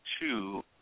two